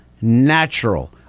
natural